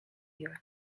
your